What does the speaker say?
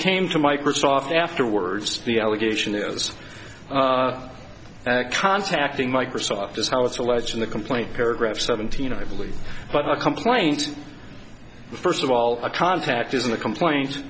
came to microsoft afterwards the allegation is contacting microsoft is how it's alleged in the complaint paragraph seventeen i believe but a complaint first of all a contact isn't a complaint